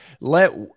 let